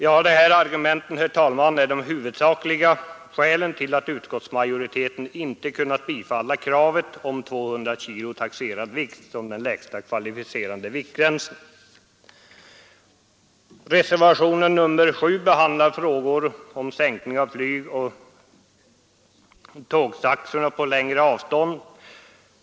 Vad jag nu anfört, herr talman, är de huvudsakliga skälen till att utskottsmajoriteten inte kunnat bifalla kravet på 200 kg taxerad vikt som den lägsta kvalificerande viktgränsen. Reservationen 6 behandlar frågor om sänkning av flygoch tågtaxorna på längre avstånd.